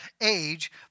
age